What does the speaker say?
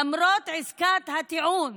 למרות עסקת הטיעון